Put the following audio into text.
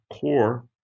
core